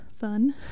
fun